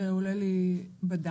זה עולה לי בדם,